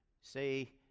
Say